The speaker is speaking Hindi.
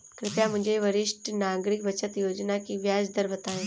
कृपया मुझे वरिष्ठ नागरिक बचत योजना की ब्याज दर बताएं